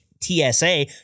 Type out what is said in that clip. TSA